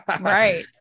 Right